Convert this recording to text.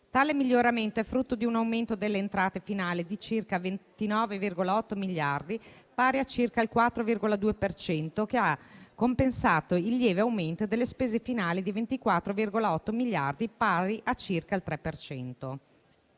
Tale miglioramento è frutto di un aumento delle entrate finali di circa 29,8 miliardi, pari a circa il 4,2 per cento, che ha compensato il lieve aumento delle spese finali di 24,8 miliardi, pari a circa il 3